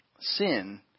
sin